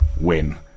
win